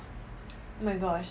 oh my gosh